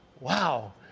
Wow